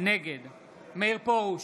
נגד מאיר פרוש,